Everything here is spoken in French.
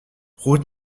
route